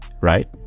right